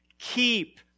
Keep